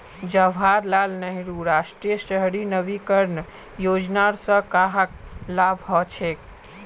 जवाहर लाल नेहरूर राष्ट्रीय शहरी नवीकरण योजनार स कहाक लाभ हछेक